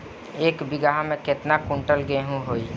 एक बीगहा में केतना कुंटल गेहूं होई?